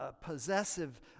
possessive